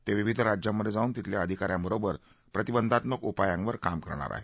ते विविध राज्यांमध्ये जाऊन तिथल्या अधिकाऱ्यांबरोबर प्रतिबंधात्मक उपायांवर काम करणार आहेत